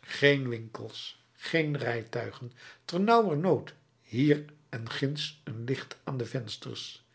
geen winkels geen rijtuigen te nauwernood hier en ginds een licht aan de vensters